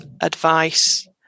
advice